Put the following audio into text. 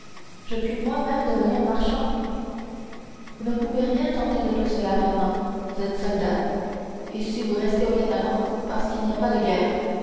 je puis moi-même devenir marchand vous ne pouvez rien tenter de tout cela fernand vous êtes soldat et si vous restez aux catalans c'est parce qu'il n'y a pas de guerre